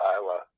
Iowa